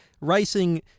racing